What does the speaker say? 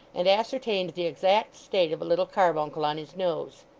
and ascertained the exact state of a little carbuncle on his nose.